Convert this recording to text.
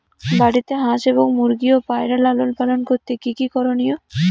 বাড়িতে হাঁস এবং মুরগি ও পায়রা লালন পালন করতে কী কী করণীয়?